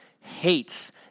hates